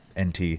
NT